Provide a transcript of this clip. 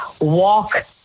walk